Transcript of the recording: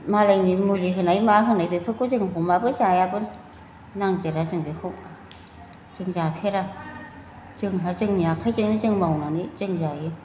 मालायनि मुलि होनाय मा होनाय बेफोरखौ जों हमाबो जायाबो नांदेरा जों बेखौ जों जाफेरा जोंहा जोंनि आखाइजोंनो जों मावनानै जों जायो